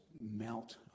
melt